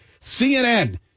CNN